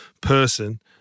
person